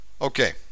Okay